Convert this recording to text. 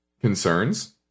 concerns